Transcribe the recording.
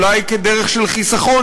אולי כדרך של חיסכון,